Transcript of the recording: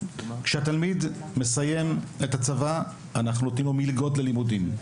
כשהתלמיד מסיים את הצבא אנחנו נותנים לו מלגות ללימודים,